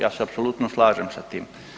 Ja se apsolutno slažem sa tim.